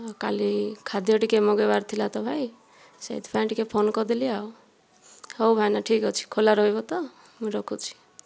କାଲି ଖାଦ୍ୟ ଟିକିଏ ମଗାଇବାର ଥିଲା ତ ଭାଇ ସେଇଥିପାଇଁ ଟିକିଏ ଫୋନ୍ କରିଦେଲି ଆଉ ହେଉ ଭାଇନା ଠିକ୍ ଅଛି ଖୋଲା ରହିବ ତ ମୁଁ ରଖୁଛି